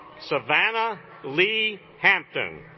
savannah lee hampton